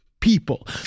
people